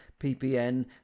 PPN